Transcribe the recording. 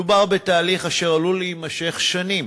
מדובר בתהליך אשר עלול להימשך שנים,